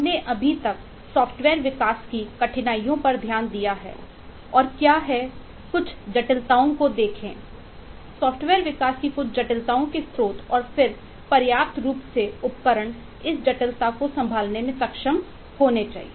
हमने अभी तक सॉफ्टवेयर विकास की कठिनाइयाँ पर ध्यान दिया है और क्या हैं कुछ जटिलताओं को देखें सॉफ्टवेयर विकास की कुछ जटिलताओं के स्रोत और फिर पर्याप्त रूप से उपकरण इस जटिलता को संभालने में सक्षम होने के लिए